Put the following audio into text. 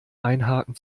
einhaken